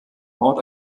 ort